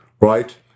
right